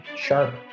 sharp